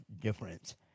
difference